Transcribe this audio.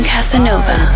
Casanova